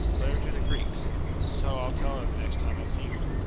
let her to the greeks and so i'll tell her the next time i see her.